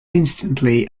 instantly